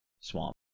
swamp